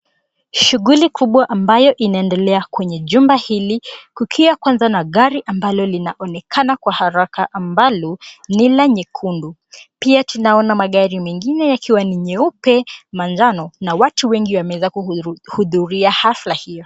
Shughuli kubwa ambayo inaendelea kwenye jumba hili kukiwa kwanza na gari ambalo linaonekana Kwa haraka ambalo ni la nyekundu. Pia tunaona magari mengine yakiwa ni nyeupe, manjano na watu wengi wameweza kuhudhuria hafla hiyo.